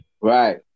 Right